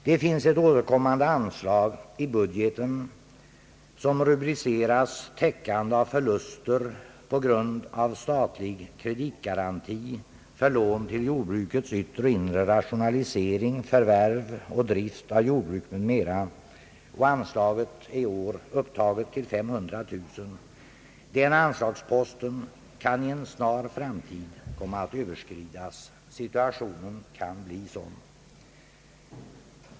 Det finns ett återkommande anslag i budgeten, som rubriceras Täckande av förluster på grund av statlig kreditgaranti för lån till jordbrukets yttre och inre rationalisering, förvärv och drift av jordbruk, m.m. Anslaget är i år upptaget till 500 000 kronor. Den anslagsposten kan i en snar framtid komma att överskridas. Situationen kan bli sådan.